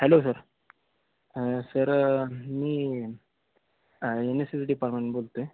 hello sir sir मी N S सीचं department बोलतो आहे